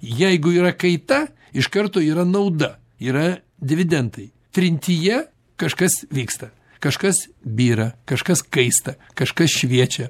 jeigu yra kaita iš karto yra nauda yra dividendai trintyje kažkas vyksta kažkas byra kažkas kaista kažkas šviečia